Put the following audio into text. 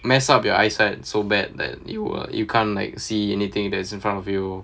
mess up your eyesight so bad that you will you can't like see anything that is in front of you